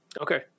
Okay